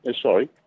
Sorry